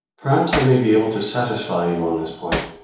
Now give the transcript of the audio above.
perhaps i may be able to satisfy you on this point.